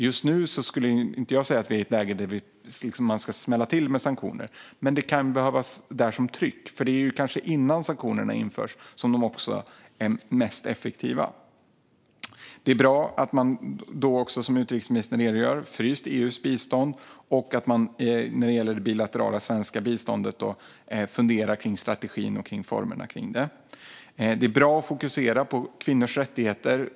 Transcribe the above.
Just nu tycker jag inte att vi är i ett läge då man ska smälla till med sanktioner, men de kan behövas som ett tryck. Det är innan sanktioner införs som de kanske är som mest effektiva. Det är bra att man, som utrikesministern redogör för, har fryst EU:s bistånd och att man i det svenska bilaterala biståndet funderar på strategin och formerna kring det här. Det är bra att fokusera på kvinnors rättigheter.